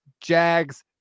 Jags